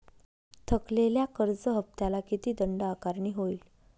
थकलेल्या कर्ज हफ्त्याला किती दंड आकारणी होईल?